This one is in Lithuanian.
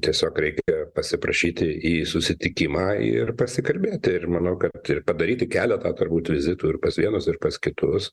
tiesiog reikia pasiprašyti į susitikimą ir pasikalbėti ir manau kad ir padaryti keletą turbūt vizitų ir pas vienus ir pas kitus